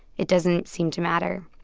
it doesn't seem to matter.